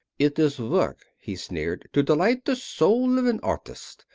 it is work, he sneered, to delight the soul of an artist.